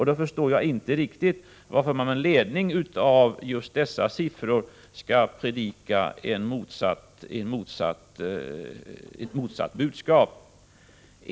Då förstår jag inte riktigt varför man med ledning av just dessa siffror skall predika ett motsatt budskap.